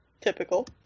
Typical